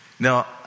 Now